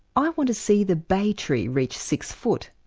i want to see the bay tree reach six foot,